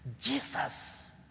Jesus